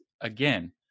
again